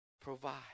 provide